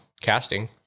casting